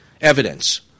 evidence